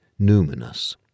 numinous